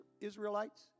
Israelites